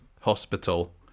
hospital